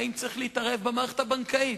האם צריך להתערב במערכת הבנקאית?